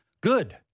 good